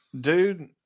Dude